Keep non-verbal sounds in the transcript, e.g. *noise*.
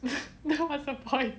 *laughs* then what's the point